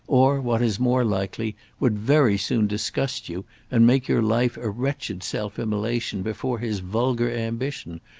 or, what is more likely, would very soon disgust you and make your life a wretched self-immolation before his vulgar ambition,